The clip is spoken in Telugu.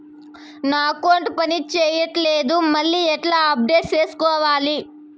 నా అకౌంట్ పని చేయట్లేదు మళ్ళీ ఎట్లా అప్డేట్ సేసుకోవాలి?